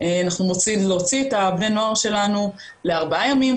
אנחנו רוצים להוציא את בני הנוער שלנו לארבעה ימים,